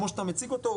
כמו שאתה מציג אותו,